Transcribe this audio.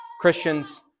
Christians